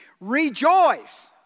Rejoice